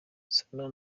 sano